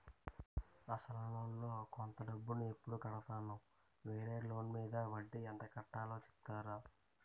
అసలు లోన్ లో కొంత డబ్బు ను ఎప్పుడు కడతాను? వేరే లోన్ మీద వడ్డీ ఎంత కట్తలో చెప్తారా?